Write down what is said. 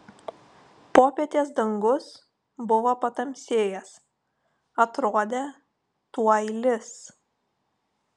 popietės dangus buvo patamsėjęs atrodė tuoj lis